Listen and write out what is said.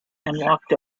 walked